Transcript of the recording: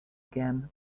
again